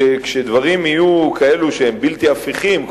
שכשדברים יהיו כאלה שהם בלתי הפיכים,